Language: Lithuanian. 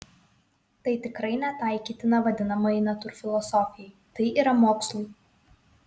tai tikrai netaikytina vadinamajai natūrfilosofijai tai yra mokslui